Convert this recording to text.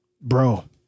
bro